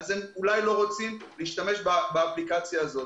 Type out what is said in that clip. הם אולי לא רוצים להשתמש באפליקציה הזאת.